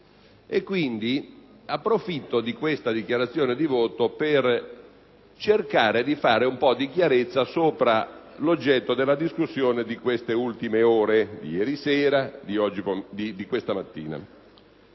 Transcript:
e quindi approfitto di questa dichiarazione di voto per cercare di fare un po' di chiarezza sull'oggetto della discussione di queste ultime ore, di ieri sera e di questa mattina.